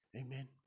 Amen